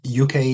uk